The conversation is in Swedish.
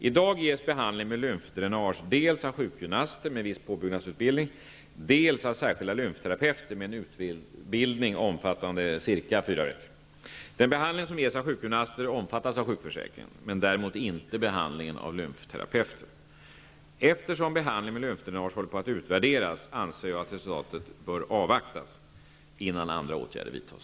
Eftersom behandlingen med lymfdränage håller på att utvärderas, anser jag att resultatet därav bör avvaktas innan andra åtgärder vidtas.